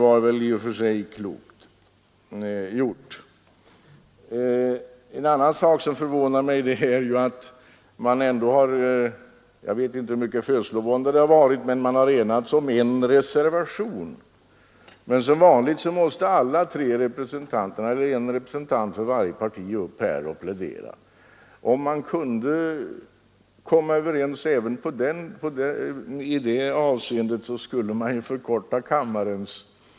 Det är i och för sig klokt gjort. Det är också en annan sak som förvånar mig. Jag vet inte hur stora födslovåndorna varit, men oppositionen har ändå enat sig om en reservation. Men som vanligt måste representanterna för alla de tre partierna plädera för reservationen här i kammaren. Om man kunde komma överens även i det avseendet, skulle ju kammarens debattid kunna förkortas.